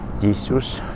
Jesus